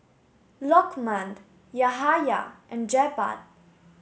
Lokman Yahaya and Jebat